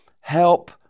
help